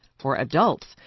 for adults,